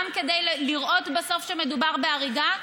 גם כדי לראות בסוף שמדובר בהריגה.